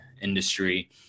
industry